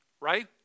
Right